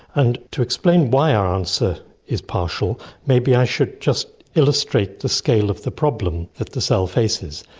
and to explain why our answer is partial, maybe i should just illustrate the scale of the problem that the cell faces,